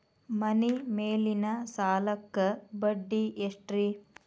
ಮನಿ ಮೇಲಿನ ಸಾಲಕ್ಕ ಬಡ್ಡಿ ಎಷ್ಟ್ರಿ?